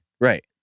Right